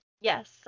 Yes